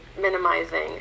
minimizing